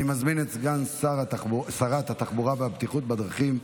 אני מזמין את סגן שרת התחבורה והבטיחות בדרכים,